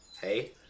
hey